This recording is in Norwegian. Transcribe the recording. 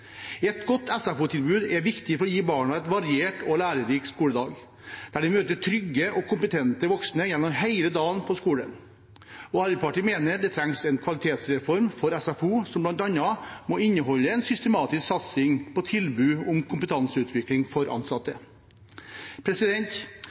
i skolefritidsordningen. Et godt SFO-tilbud er viktig for å gi barn en variert og lærerik skoledag, der de møter trygge og kompetente voksne gjennom hele dagen på skolen. Arbeiderpartiet mener det trengs en kvalitetsreform for SFO, som bl.a. må inneholde en systematisk satsing på tilbud om kompetanseutvikling for ansatte.